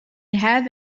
have